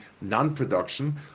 non-production